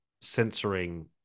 censoring